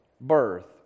birth